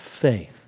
faith